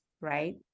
right